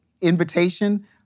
invitation